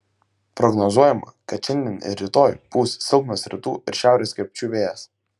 prognozuojama kad šiandien ir rytoj pūs silpnas rytų ir šiaurės krypčių vėjas